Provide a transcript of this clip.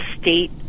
state